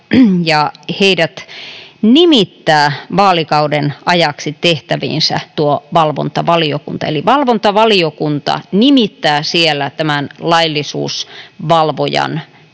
Heidät nimittää vaalikauden ajaksi tehtäviinsä tuo valvontavaliokunta, eli valvontavaliokunta nimittää siellä tämän laillisuusvalvojan toimeensa.